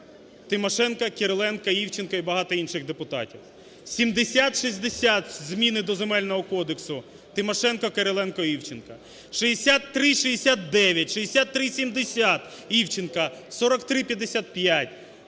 (Тимошенко, Кириленко, Івченко і багато інших депутатів), 7060 – зміни до Земельного кодексу (Тимошенко, Кириленко, Івченко), 6369, 6370 (Івченко), 4355